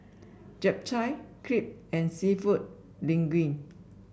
Japchae Crepe and seafood Linguine